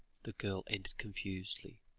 the girl ended confusedly.